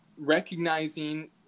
recognizing